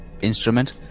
instrument